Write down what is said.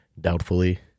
doubtfully